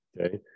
okay